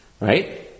Right